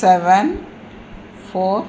seven four